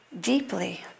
deeply